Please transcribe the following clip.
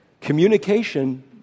communication